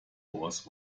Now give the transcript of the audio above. was